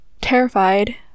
terrified